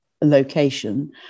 location